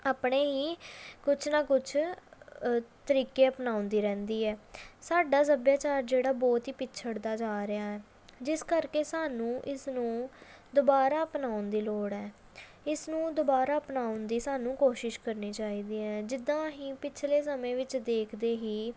ਆਪਣੇ ਹੀ ਕੁਛ ਨਾ ਕੁਛ ਤਰੀਕੇ ਅਪਣਾਉਂਦੀ ਰਹਿੰਦੀ ਹੈ ਸਾਡਾ ਸੱਭਿਆਚਾਰ ਜਿਹੜਾ ਬਹੁਤ ਹੀ ਪਿੱਛੜਦਾ ਜਾ ਰਿਹਾ ਜਿਸ ਕਰਕੇ ਸਾਨੂੰ ਇਸ ਨੂੰ ਦੁਬਾਰਾ ਅਪਣਾਉਣ ਦੀ ਲੋੜ ਹੈ ਇਸ ਨੂੰ ਦੁਬਾਰਾ ਅਪਣਾਉਣ ਦੀ ਸਾਨੂੰ ਕੋਸ਼ਿਸ਼ ਕਰਨੀ ਚਾਹੀਦੀ ਹੈ ਜਿੱਦਾਂ ਅਸੀਂ ਪਿਛਲੇ ਸਮੇਂ ਵਿੱਚ ਦੇਖਦੇ ਸੀ